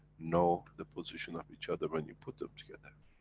know the position of each other, when you put them together.